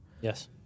Yes